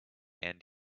end